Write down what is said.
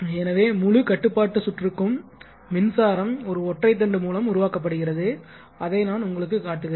எனவே முழு கட்டுப்பாட்டு சுற்றுக்கும் மின்சாரம் ஒரு ஒற்றை தண்டு மூலம் உருவாக்கப்படுகிறது அதை நான் உங்களுக்குக் காட்டுகிறேன்